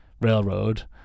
railroad